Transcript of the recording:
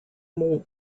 more